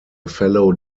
fellow